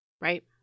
Right